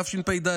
תשפ"ד,